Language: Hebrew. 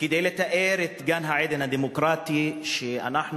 כדי לתאר את גן-העדן הדמוקרטי שאנחנו,